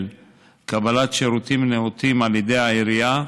קבלת שירותים נאותים על ידי העירייה,